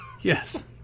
Yes